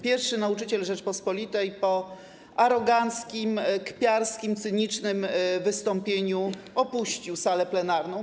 Pierwszy nauczyciel Rzeczypospolitej po aroganckim, kpiarskim, cynicznym wystąpieniu opuścił salę plenarną.